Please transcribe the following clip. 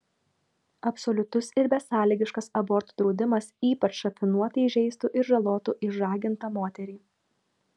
absoliutus ir besąlygiškas abortų draudimas ypač rafinuotai žeistų ir žalotų išžagintą moterį